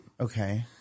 okay